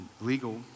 legal